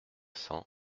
cents